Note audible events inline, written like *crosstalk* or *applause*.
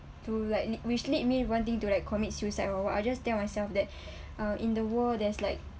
to like le~ which lead me wanting to like commit suicide or what I just tell myself that *breath* uh in the world there's like